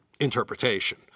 interpretation